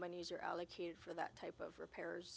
monies are allocated for that type of repairs